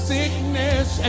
Sickness